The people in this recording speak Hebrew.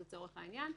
לצורך העניין,